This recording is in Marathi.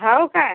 हो का